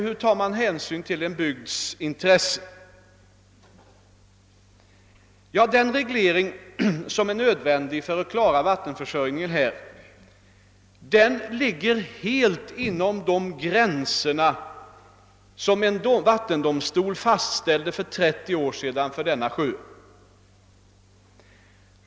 Hur tar man hänsyn till en bygds intressen? Ja, den reglering som blir nödvändig för att klara vattenförsörjningen ligger helt inom de gränser som en vattendomstol fastställde för denna sjö för 30 år sedan.